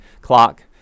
clock